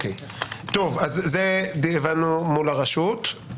הבנו מול הרשות.